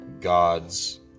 gods